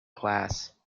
class